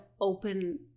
open